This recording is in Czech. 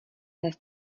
dnes